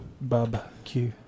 Barbecue